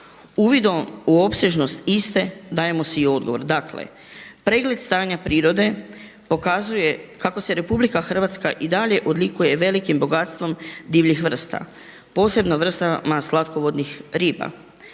Uvidom u opsežnost iste dajemo si i odgovor. Dakle, pregled stanja prirode pokazuje kako se RH i dalje odlikuje velikim bogatstvom divljih vrsta, posebnim vrstama slatkovodnih riba.